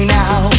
now